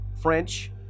French